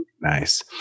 Nice